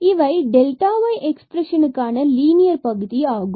இவை delta y எக்ஸ்பிரஸ்னக்கான linear பகுதி ஆகும்